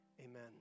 Amen